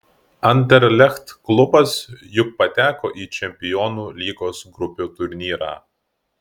anderlecht klubas juk pateko į čempionų lygos grupių turnyrą